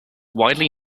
widely